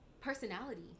Personality